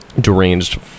deranged